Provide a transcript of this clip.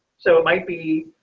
so it might be.